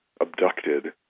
abducted